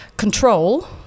Control